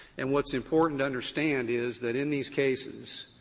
and what's important to understand is that in these cases,